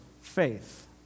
faith